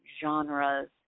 genres